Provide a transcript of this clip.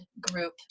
group